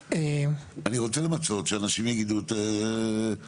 אני רוצה למצות, שאנשים יגידו את דעתם.